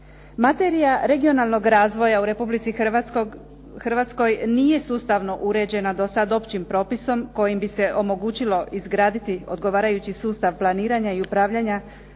Materija regionalnog razvoja u Republici Hrvatskoj nije sustavno uređena dosad općim propisom kojim bi se omogućilo izgraditi odgovarajući sustav planiranja i upravljanja